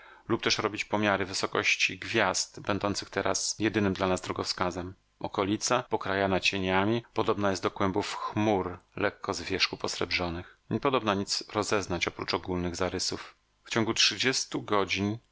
lub też robić pomiary wysokości gwiazd będących teraz jedynym dla nas drogowskazem okolica pokrajana cieniami podobna jest do kłębów chmur lekko z wierzchu posrebrzonych niepodobna nic rozeznać oprócz ogólnych zarysów w przeciągu trzydziestu godzin